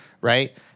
right